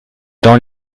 dans